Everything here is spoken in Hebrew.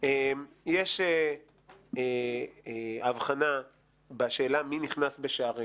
יש הבחנה בשאלה מי נכנס בשערינו.